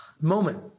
moment